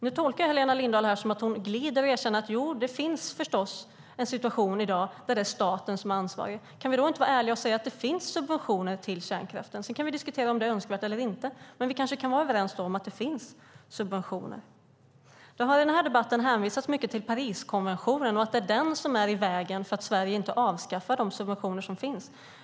Nu tolkar jag Helena Lindahl här som att hon glider och erkänner att det förstås finns en situation i dag där det är staten som är ansvarig. Kan vi då inte vara ärliga och säga att det finns subventioner till kärnkraften? Sedan kan vi diskutera om det är önskvärt eller inte, men vi kanske kan vara överens om att det finns subventioner. Det har i den här debatten hänvisats mycket till Pariskonventionen och att det är den som är i vägen och gör att Sverige inte avskaffar de subventioner som finns.